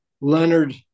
Leonard